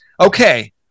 okay